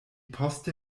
poste